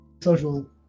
social